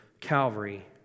Calvary